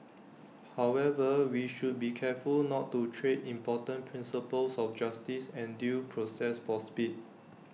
however we should be careful not to trade important principles of justice and due process for speed